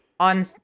on